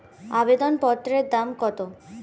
আবেদন পত্রের দাম কত?